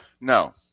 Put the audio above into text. No